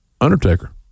Undertaker